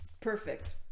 perfect